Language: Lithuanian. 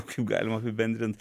kaip galim apibendrint